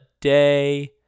day